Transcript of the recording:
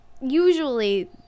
usually